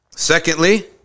Secondly